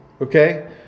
Okay